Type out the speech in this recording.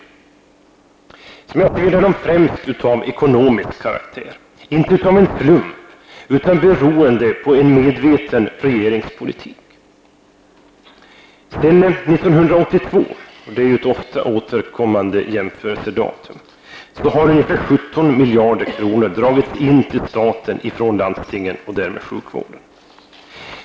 Enligt min mening är de främst av ekonomisk karaktär, inte av en slump utan beroende på en medveten regeringspolitik. Sedan 1982 -- detta är ju ett ofta återkommande jämförelseår -- har ungefär 17 miljarder kronor dragits in till staten från landstingen och därmed sjukvården.